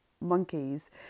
monkeys